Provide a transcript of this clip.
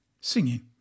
singing